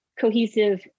cohesive